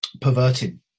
perverted